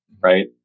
right